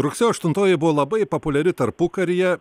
rugsėjo aštuntoji buvo labai populiari tarpukaryje